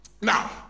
Now